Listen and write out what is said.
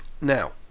Now